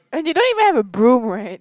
and you don't even have a broom right